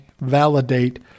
validate